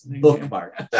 bookmark